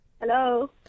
Hello